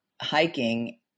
hiking